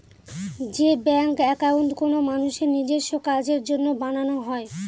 যে bank account কোনো মানুষের নিজেস্ব কাজের জন্য বানানো হয়